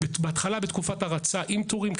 בהתחלה בתקופת הרצה עם תורים,